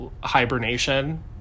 hibernation